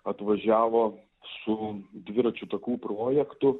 atvažiavo su dviračių takų projektu